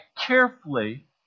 carefully